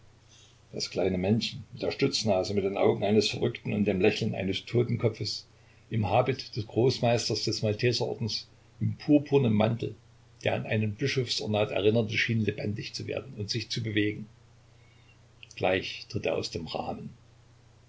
das kleine männchen mit der stutznase mit den augen eines verrückten und dem lächeln eines totenkopfes im habit des großmeisters des malteserordens in purpurnem mantel der an ein bischofsornat erinnerte schien lebendig zu werden und sich zu bewegen gleich tritt er aus dem rahmen